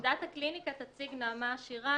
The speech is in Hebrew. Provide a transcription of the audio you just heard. ואת עמדת הקליניקה תציג בקצרה נעמה שירן,